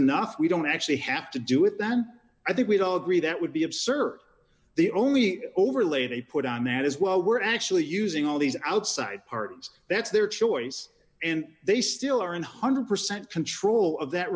enough we don't actually have to do it then i think we'd all agree that would be absurd the only overlay they put on that is well we're actually using all these outside pardons that's their choice and they still are in one hundred percent control of that